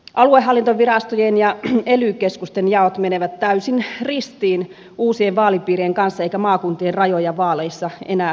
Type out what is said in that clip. aluehallintovirastojen ja ely keskusten jaot menevät täysin ristiin uusien vaalipiirien kanssa eikä maakuntien rajoja vaaleissa enää tunneta